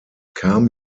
kam